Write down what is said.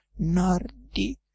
Nordi